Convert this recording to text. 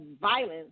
violence